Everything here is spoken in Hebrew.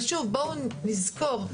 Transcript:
אבל בואו נזכור,